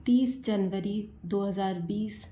तीस जनवरी दो हज़ार बीस